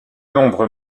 nombreux